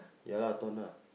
ya lah ton ah